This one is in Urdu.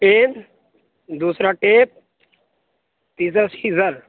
پین دوسرا ٹیپ تیسرا سیزر